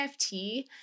NFT